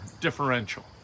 differential